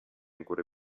ancora